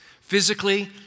Physically